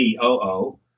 COO